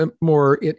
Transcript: more